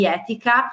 etica